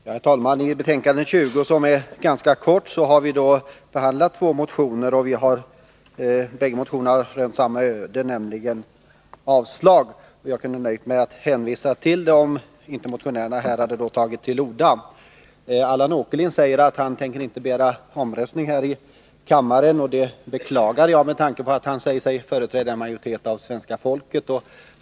Herr talman! I betänkande 1981/82:20, som är ganska kort, har vi behandlat två motioner. Bägge har rönt samma öde — de har blivit avstyrkta. Jag kunde ha nöjt mig med att hänvisa till betänkandet, om inte motionärerna hade tagit till orda. Allan Åkerlind säger att han inte tänker begära omröstning här i kammaren. Det beklagar jag med tanke på att han säger sig företräda en majoritet av svenska folket.